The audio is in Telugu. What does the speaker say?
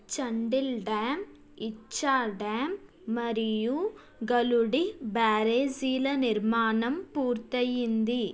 చండిల్ డ్యామ్ ఇచ్చా డ్యామ్ మరియు గలుడిహ్ బ్యారేజీల నిర్మాణం పూర్తయింది